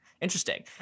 Interesting